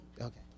Okay